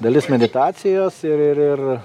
dalis meditacijos ir ir ir